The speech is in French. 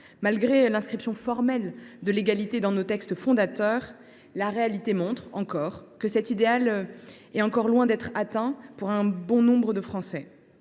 Malgré l’inscription formelle de l’égalité dans nos textes fondateurs, la réalité montre que cet idéal est encore loin d’être atteint pour nombre de nos